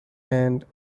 and